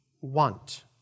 want